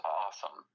awesome